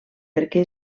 perquè